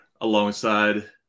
alongside